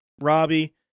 Robbie